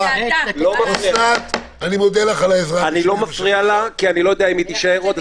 כי אני לא יודע אם היא תישאר עוד,